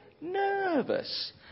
nervous